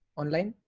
online?